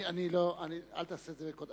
אל תעשה את זה בכותרות.